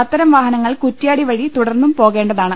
അത്തരം വാഹനങ്ങൾ കുറ്റ്യാടി വഴി തുടർന്നും പോകേണ്ടതാണ്